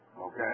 Okay